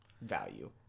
value